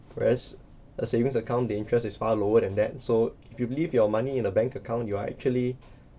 whereas a savings account the interest is far lower than that so if you leave your money in the bank account you are actually